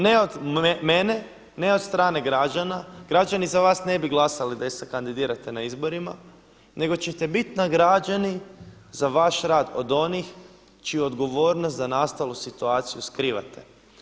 Ne od mene, ne od strane građana, građani za vas ne bi glasali da se kandidirate na izborima nego ćete biti nagrađeni za vaš rad o onih čiju odgovornost za nastalu situaciju skrivate.